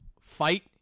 fight